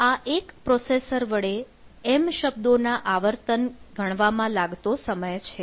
આ એક પ્રોસેસર વડે m શબ્દોના આવર્તન ગણવામાં લાગતો સમય છે